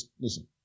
listen